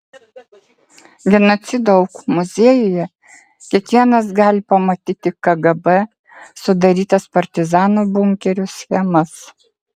genocido aukų muziejuje kiekvienas gali pamatyti kgb sudarytas partizanų bunkerių schemas